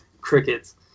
Crickets